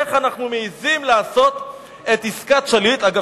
איך אנחנו מעזים לעשות את עסקת שליט דרך אגב,